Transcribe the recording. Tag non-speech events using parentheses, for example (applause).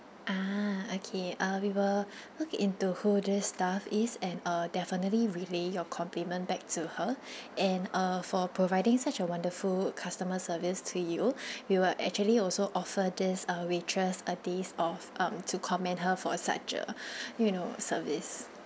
ah okay uh we will look into who this staff is and uh definitely relay your compliment back to her (breath) and uh for providing such a wonderful customer service to you (breath) we will actually also offer this uh waitress a days off um to comment her for such a you know service